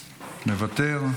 מוותר.